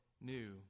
new